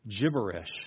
gibberish